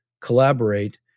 collaborate